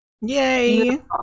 Yay